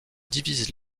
divise